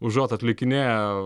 užuot atlikinėję